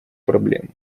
проблем